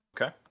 Okay